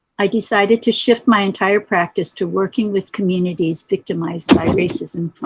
i decided to shift my entire practice to working with communities victimized by racism.